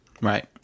Right